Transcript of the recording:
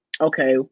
okay